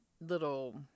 little